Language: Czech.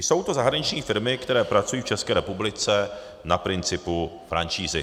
Jsou to zahraniční firmy, které pracují v České republice na principu franšízy.